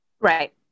Right